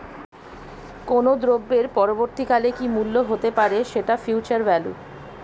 কোনো দ্রব্যের পরবর্তী কালে কি মূল্য হতে পারে, সেটা ফিউচার ভ্যালু